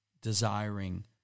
desiring